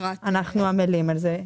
אנחנו עמלים על זה.